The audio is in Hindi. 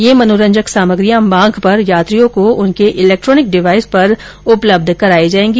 ये मनोरंजक सामग्रियाँ माँग पर यात्रियों को उनके इलेक्ट्रॉनिक डिवाइसों पर उपलब्ध करायी जायेंगी